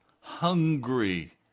hungry